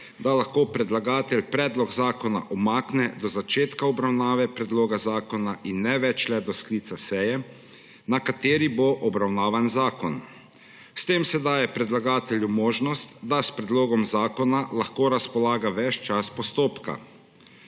da lahko predlagatelj predlog zakona umakne do začetka obravnave predloga zakona in ne več le do sklica seje, na kateri bo obravnavan zakon. S tem se daje predlagatelju možnost, da s predlogom zakona lahko razpolaga ves čas postopka.